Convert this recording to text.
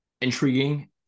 intriguing